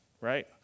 right